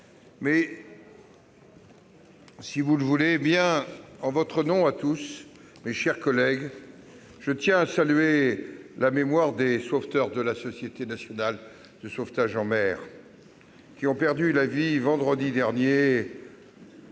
La séance est reprise. En votre nom à tous, mes chers collègues, je tiens à saluer la mémoire des sauveteurs de la Société nationale de sauvetage en mer, la SNSM, qui ont perdu la vie vendredi dernier